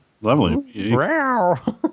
Lovely